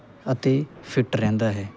ਅਤੇ ਫਿਟ ਰਹਿੰਦਾ ਹੈ